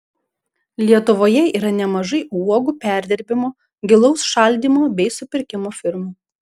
lietuvoje yra nemažai uogų perdirbimo gilaus šaldymo bei supirkimo firmų